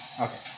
Okay